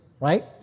Right